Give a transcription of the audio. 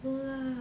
!wah!